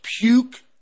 puke